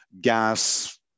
gas